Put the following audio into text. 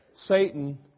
Satan